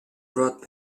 brought